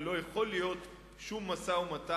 ולא יכול להיות שום משא-ומתן,